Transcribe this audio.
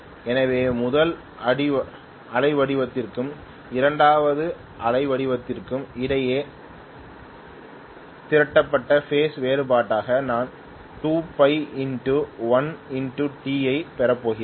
எனவே முதல் அலைவடிவத்திற்கும் இரண்டாவது அலைவடிவத்திற்கும் இடையிலான திரட்டப்பட்ட பேஸ் வேறுபாடாக நான் 2π 1 t ஐப் பெறப்போகிறேன்